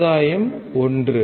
ஆதாயம் 1